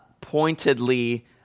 pointedly